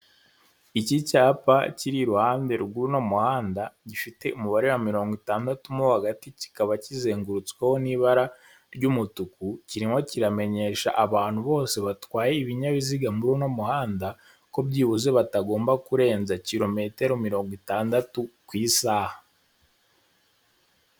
Iki cyapa kiri iruhande rw'uno muhanda, gifite umubare wa mirongo itandatu mo hagati, kikaba kizengurutsweho n'ibara ry'umutuku, kirimo kiramenyesha abantu bose batwaye ibinyabiziga muri uno umuhanda ko byibuze batagomba kurenza kilometero mirongo itandatu ku isaha.